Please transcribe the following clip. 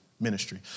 ministry